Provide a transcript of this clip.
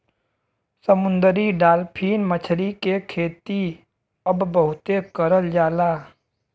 समुंदरी डालफिन मछरी के खेती अब बहुते करल जाला